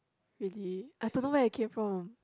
really I don't know where it came from